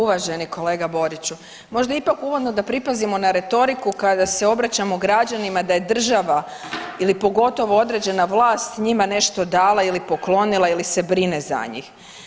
Uvaženi kolega Boriću možda ipak uvodno da pripazimo na retoriku kada se obraćamo građanima da je država ili pogotovo određena vlast njima nešto dala ili poklonila ili se brine za njih.